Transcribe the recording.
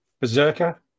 Berserker